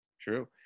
True